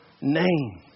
name